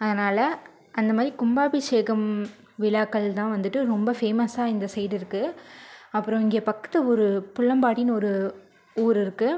அதனால் அந்த மாதிரி கும்பாபிஷேகம் விழாக்கள் தான் வந்துட்டு ரொம்ப ஃபேமஸாக இந்த சைட் இருக்கு அப்பறம் இங்கே பக்கத்து ஊரு புள்ளம்பாடினு ஒரு ஊர் இருக்கு